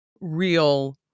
real